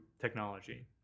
technology